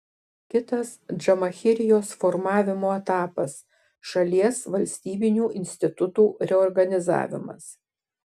kitas džamahirijos formavimo etapas šalies valstybinių institutų reorganizavimas